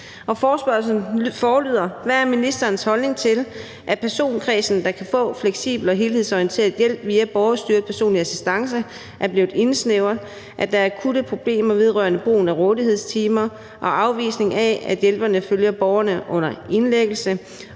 Forespørgslen lyder: Hvad er ministerens holdning til, at personkredsen, der kan få fleksibel og helhedsorienteret hjælp via borgerstyret personlig assistance, er blevet indsnævret, at der er akutte problemer vedrørende brugen af rådighedstimer og afvisning af, at hjælperne følger borgerne under indlæggelse,